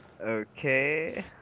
Okay